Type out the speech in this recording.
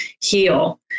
heal